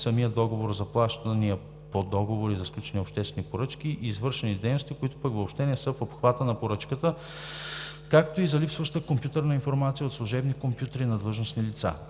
самия договор, заплащания по договори за сключени обществени поръчки за извършени дейности, които пък въобще не са в обхвата на поръчката, както и за липсваща компютърна информация от служебни компютри на длъжностни лица.